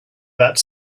that